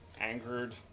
angered